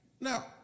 Now